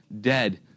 dead